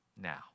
now